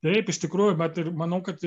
taip iš tikrųjų vat ir manau kad